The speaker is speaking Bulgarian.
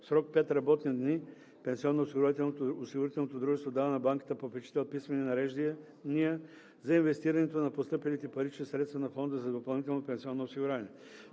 срок 5 работни дни пенсионноосигурителното дружество дава на банката-попечител писмени нареждания за инвестирането на постъпилите парични средства на фонда за допълнително пенсионно осигуряване.“